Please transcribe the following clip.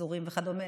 אזורים וכדומה,